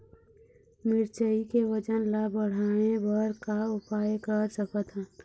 मिरचई के वजन ला बढ़ाएं बर का उपाय कर सकथन?